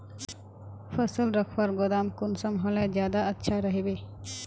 फसल रखवार गोदाम कुंसम होले ज्यादा अच्छा रहिबे?